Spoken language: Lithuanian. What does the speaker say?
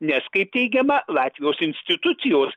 nes kaip teigiama latvijos institucijos